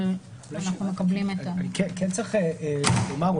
אבל אנחנו מקבלים את ה --- כן צריך לומר,